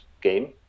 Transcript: game